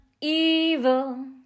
evil